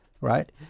right